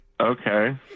Okay